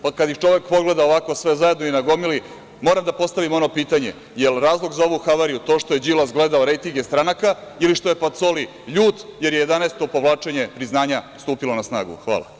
Pa, kad ih čovek pogleda ovako sve zajedno i na gomili, moram da postavim ono pitanje, da li je razlog za ovu havariju to što je Đilas gledao rejtinge stranaka ili što je Pacoli ljut jer 11 povlačenje priznanja stupilo na snagu.